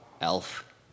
Elf